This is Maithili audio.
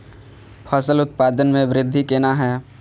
फसल उत्पादन में वृद्धि केना हैं?